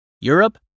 Europe